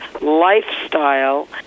lifestyle